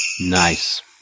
Nice